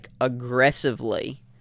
aggressively